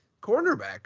cornerback